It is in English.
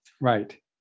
Right